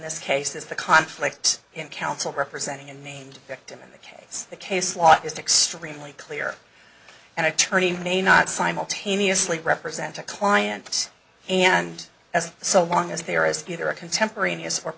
this case is the conflict in counsel representing unnamed victim in the case the case law is extremely clear and attorney may not simultaneously represent a client and as so long as there is either a contemporaneous